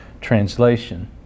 translation